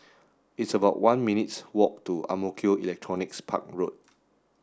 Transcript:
it's about one minutes' walk to Ang Mo Kio Electronics Park Road